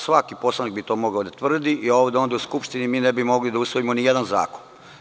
Svaki poslanik bi mogao to da tvrdi i u Skupštini ne bi mogli da usvojimo nijedan zakon.